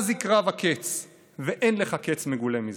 אז יקרב הקץ ואין לך קץ מגולה יותר.